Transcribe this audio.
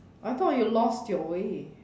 I thought you lost your way